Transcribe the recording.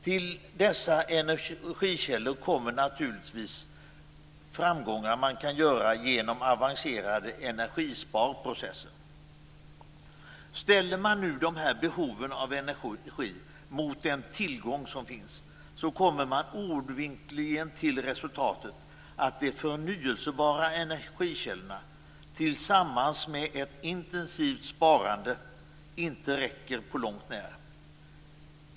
Till dessa energikällor kommer naturligtvis framgångar som man kan göra genom avancerade energisparprocesser. Ställer man nu de här behoven av energi mot den tillgång som finns, kommer man oundvikligen till resultatet att de förnyelsebara energikällorna tillsammans med ett intensivt sparande inte räcker på långt när.